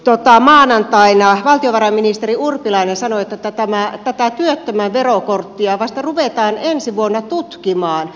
täällä maanantaina valtiovarainministeri urpilainen sanoi että tätä työttömän verokorttia vasta ruvetaan ensi vuonna tutkimaan